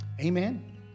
amen